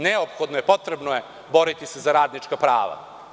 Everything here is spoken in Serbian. Neophodno je, potrebno je boriti se za radnička prava.